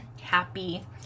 happy